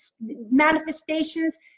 manifestations